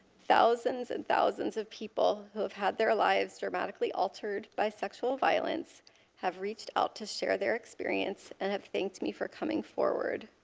thousands and thousands of people who have had their lives dramatically altered by sexual violence have reached out to share their experience and thanked me for coming forward.